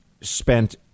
spent